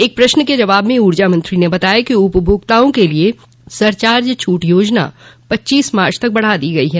एक प्रश्न के जवाब में ऊर्जा मंत्री ने बताया कि उपभोक्ताओं के लिये सरचार्ज छूट योजना पच्चीस मार्च तक बढ़ा दी गई है